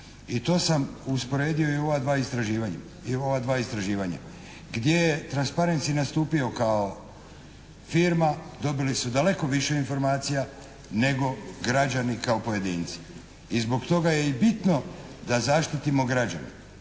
istraživanja, i u ova dva istraživanja gdje je Transperency nastupio kao firma. Dobili su daleko više informacija nego građani kao pojedinci. I zbog toga je i bitno da zaštitimo građane.